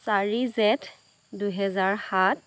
চাৰি জেঠ দুই হেজাৰ সাত